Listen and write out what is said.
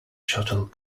shuttle